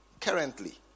Currently